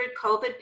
COVID